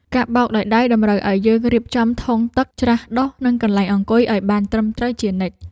ការបោកដោយដៃតម្រូវឱ្យយើងរៀបចំធុងទឹក ច្រាសដុស និងកន្លែងអង្គុយឱ្យបានត្រឹមត្រូវជានិច្ច។